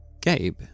Gabe